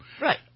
Right